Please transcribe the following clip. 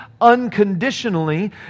unconditionally